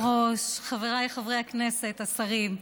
אדוני היושב-ראש, חבריי חברי הכנסת, השרים,